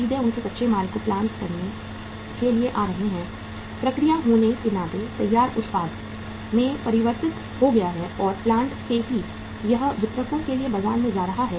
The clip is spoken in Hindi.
सीधे उनके कच्चे माल को प्लांट करने के लिए आ रहा है प्रक्रिया होने के नाते तैयार उत्पाद में परिवर्तित हो गया है और प्लांट से ही यह वितरकों के लिए बाजार में जा रहा है